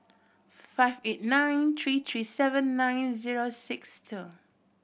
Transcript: five eight nine three three seven nine zero six two